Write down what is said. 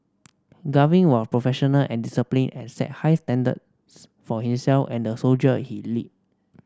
Gavin was professional and disciplined and set high standard for himself and the soldier he led